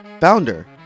founder